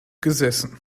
gesessen